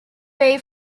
way